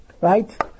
Right